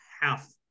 half